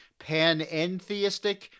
panentheistic